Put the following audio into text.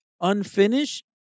unfinished